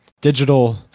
digital